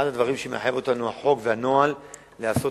אחד הדברים שהחוק והנוהל מחייבים אותנו הוא לעשות